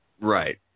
Right